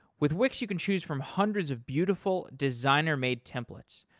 with wix, you can choose from hundreds of beautiful, designer-made templates.